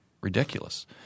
ridiculous